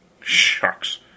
Shucks